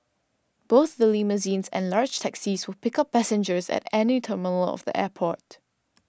both the limousines and large taxis will pick up passengers at any terminal of the airport